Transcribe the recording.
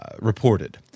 reported